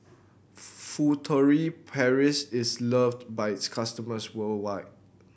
Furtere Paris is loved by its customers worldwide